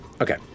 okay